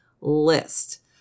list